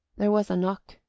there was a knock,